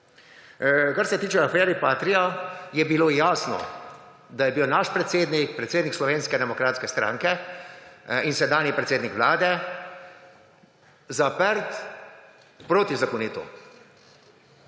Kar se tiče afere Patria, je bilo jasno, da je bil naš predsednik, predsednik Slovenske demokratske stranke in sedanji predsednik Vlade, zaprt protizakonito.